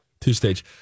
two-stage